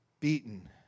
beaten